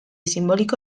sinboliko